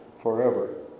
forever